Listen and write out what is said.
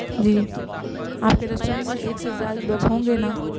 جی آپ کے ریسٹورینٹ میں ایک سے زائد لوگ ہوں گے نا